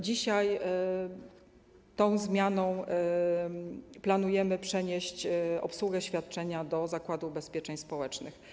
Dzisiaj tą zmianą planujemy przenieść obsługę świadczenia do Zakładu Ubezpieczeń Społecznych.